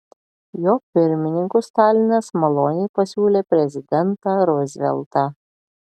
jo pirmininku stalinas maloniai pasiūlė prezidentą ruzveltą